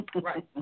Right